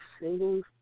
singles